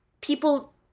people